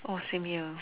oh same here